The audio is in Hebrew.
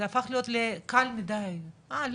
זה הפך להיות קל מידי אהה,